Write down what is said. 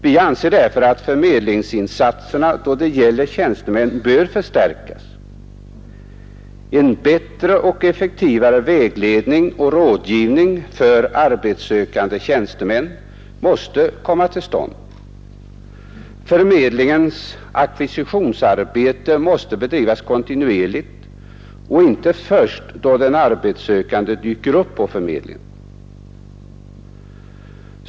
Vi anser därför att förmedlingsinsatserna då det gäller tjänstemän bör förstärkas. En bättre och effektivare vägledning och rådgivning för arbetssökande tjänstemän måste komma till stånd. Förmedlingens ackvisitionsarbete måste bedrivas kontinuerligt och inte först då den arbetssökande dyker upp på förmedlingen.